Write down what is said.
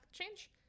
change